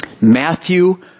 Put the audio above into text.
Matthew